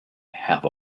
have